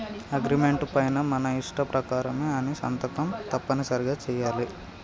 agreement పైన మన ఇష్ట ప్రకారమే అని సంతకం తప్పనిసరిగా చెయ్యాలి